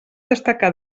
destacar